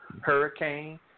hurricane